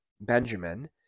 Benjamin